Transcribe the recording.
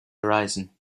horizon